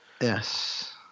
Yes